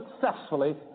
successfully